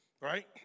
Right